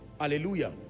Hallelujah